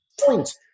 point